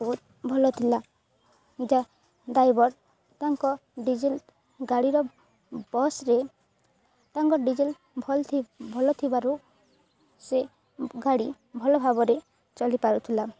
ବହୁତ ଭଲ ଥିଲା ଯା ଡ୍ରାଇଭର ତାଙ୍କ ଡିଜେଲ୍ ଗାଡ଼ିର ବସ୍ରେ ତାଙ୍କ ଡିଜେଲ୍ ଭଲ୍ ଭଲ ଥିବାରୁ ସେ ଗାଡ଼ି ଭଲ ଭାବରେ ଚଳିପାରୁଥିଲା